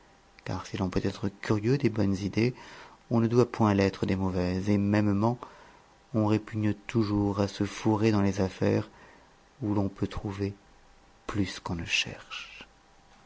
car si l'on peut être curieux des bonnes idées on ne doit point l'être des mauvaises et mêmement on répugne toujours à se fourrer dans les affaires où l'on peut trouver plus qu'on ne cherche